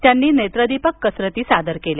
त्यांनी नेत्रदीपक कसरती सादर केल्या